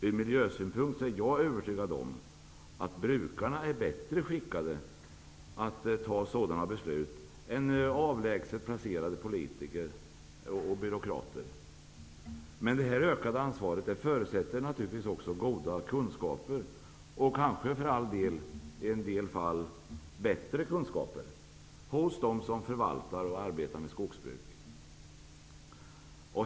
Ur miljösynpunkt är jag övertygad om att brukarna är bättre skickade att fatta sådana beslut än avlägset placerade politiker och byråkrater. Men detta ökade ansvar förutsätter naturligtvis goda kunskaper, och kanske också bättre kunskaper i en del fall, hos dem som förvaltar skog och arbetar med skogsbruk.